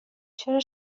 چرا